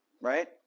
right